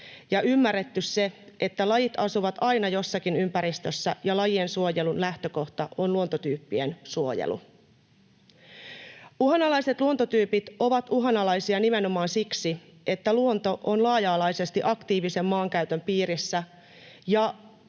ja ymmärretty se, että lajit asuvat aina jossakin ympäristössä ja lajien suojelun lähtökohta on luontotyyppien suojelu. Uhanalaiset luontotyypit ovat uhanalaisia nimenomaan siksi, että luonto on laaja-alaisesti aktiivisen maankäytön piirissä,